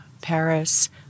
Paris